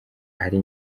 ari